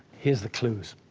here's the clues